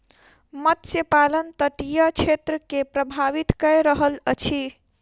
मत्स्य पालन तटीय क्षेत्र के प्रभावित कय रहल अछि